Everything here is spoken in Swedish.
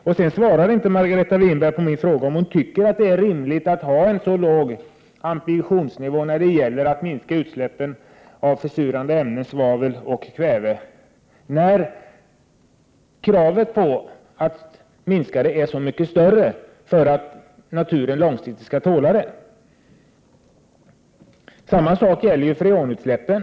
Men Margareta Winberg svarar inte på min fråga, om hon tycker att det är rimligt att ha en så låg ambitionsnivå när det gäller att minska utsläppen av försurande ämnen, svavel och kväve, när det krävs en så mycket större minskning för att naturen långsiktigt skall tåla dem. Samma sak gäller freonutsläppen.